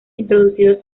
introducidos